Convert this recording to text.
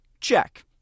Check